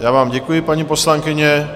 Já vám děkuji, paní poslankyně.